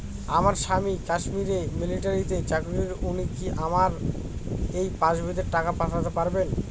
আমার স্বামী কাশ্মীরে মিলিটারিতে চাকুরিরত উনি কি আমার এই পাসবইতে টাকা পাঠাতে পারবেন?